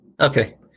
Okay